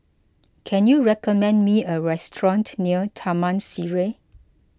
can you recommend me a restaurant near Taman Sireh